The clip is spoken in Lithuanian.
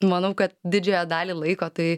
manau kad didžiąją dalį laiko tai